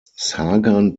sagan